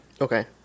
Okay